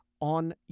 on